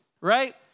right